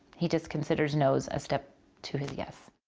he just considers nos a step to his yes.